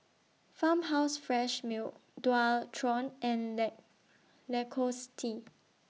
Farmhouse Fresh Milk Dualtron and Lacoste